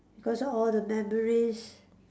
cause all the memories